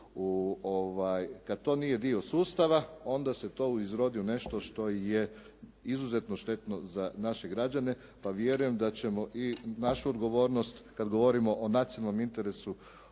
kad to nije dio sustava, onda se to izrodi u nešto što je izuzetno štetno za naše građane, pa vjerujem da ćemo i našu odgovornost kad govorimo o nacionalnom interesu